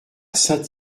saint